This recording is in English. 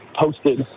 posted